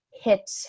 hit